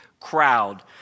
Crowd